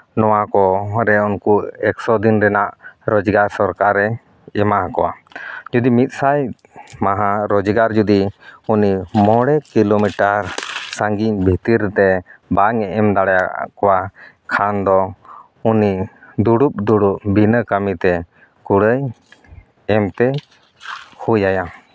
ᱱᱚᱣᱟ ᱠᱚ ᱨᱮ ᱩᱱᱠᱩ ᱮᱠᱥᱚ ᱫᱤᱱ ᱨᱮᱱᱟᱜ ᱨᱳᱡᱽᱜᱟᱨ ᱥᱚᱨᱠᱟᱨᱮ ᱮᱢᱟᱦᱟᱠᱚᱣᱟ ᱡᱩᱫᱤ ᱢᱤᱫ ᱥᱟᱭ ᱢᱟᱦᱟ ᱨᱳᱡᱽᱜᱟᱨ ᱡᱩᱫᱤ ᱩᱱᱤ ᱢᱚᱬᱮ ᱠᱤᱞᱳᱢᱤᱴᱟᱨ ᱥᱟᱺᱜᱤᱧ ᱵᱷᱤᱛᱤᱨ ᱛᱮ ᱵᱟᱝ ᱮᱢ ᱫᱟᱲᱮᱭᱟᱠᱚᱣᱟ ᱠᱷᱟᱱ ᱫᱚ ᱩᱱᱤ ᱫᱩᱲᱩᱵ ᱫᱩᱲᱩᱵ ᱵᱤᱱᱟᱹ ᱠᱟᱹᱢᱤᱛᱮ ᱠᱩᱲᱟᱹᱭ ᱮᱢᱛᱮ ᱦᱩᱭᱟᱭᱟ